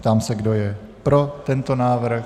Ptám se, kdo je pro tento návrh.